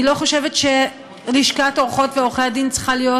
אני לא חושבת שלשכת עורכות ועורכי הדין צריכה להיות